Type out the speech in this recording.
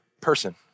person